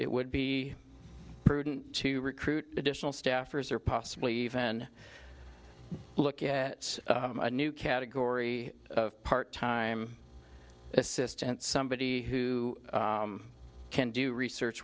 it would be prudent to recruit additional staffers or possibly even look at a new category of part time assistant somebody who can do research